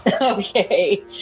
Okay